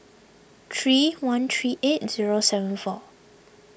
three one three eight zero seven four